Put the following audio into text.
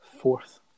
fourth